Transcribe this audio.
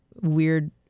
weird